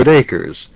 acres